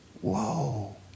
whoa